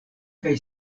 kaj